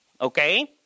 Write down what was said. Okay